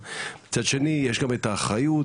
מצד שני יש גם את האחריות,